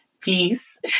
Peace